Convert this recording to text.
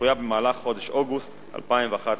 הצפויה במהלך חודש אוגוסט 2011,